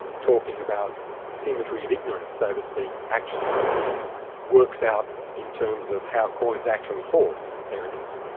talking about symmetry of ignorance, so to speak, actually works out in terms of how coins actually fall, but there it is.